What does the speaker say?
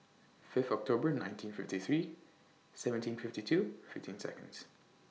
Fifth October nineteen fifty three seventeen fifty two fifteen Seconds